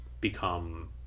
become